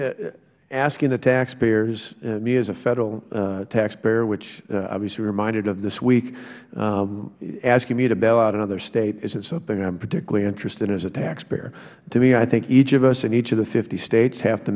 me asking the taxpayers and me as a federal taxpayer which obviously we are reminded of this week asking me to bail out another state isnt something i am particularly interested in as a taxpayer to me i think each of us in each of the fifty states have to